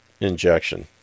injection